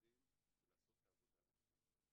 להתקדם ולעשות את העבודה נכון.